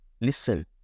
listen